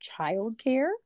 childcare